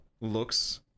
looks